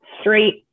straight